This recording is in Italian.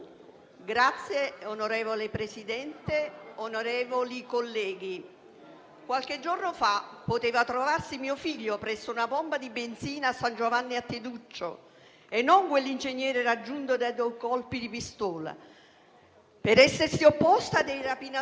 Signor Presidente, onorevoli colleghi, qualche giorno fa poteva essere mio figlio a trovarsi presso una pompa di benzina a San Giovanni a Teduccio e non quell'ingegnere raggiunto da due colpi di pistola per essersi opposto ai rapinatori